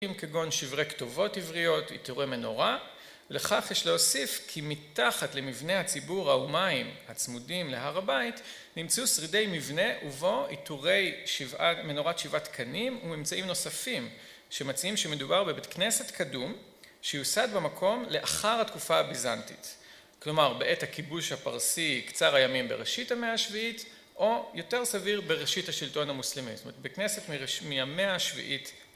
כגון שברי כתובות עבריות, עיטורי מנורה, לכך יש להוסיף כי מתחת למבנה הציבור האומיים הצמודים להר הבית נמצאו שרידי מבנה ובו עיטורי מנורת שבעת קנים וממצאים נוספים שמציעים שמדובר בבית כנסת קדום שיוסד במקום לאחר התקופה הביזנטית כלומר בעת הכיבוש הפרסי קצר הימים בראשית המאה השביעית או יותר סביר בראשית השלטון המוסלמי זאת אומרת בית כנסת מהמאה השביעית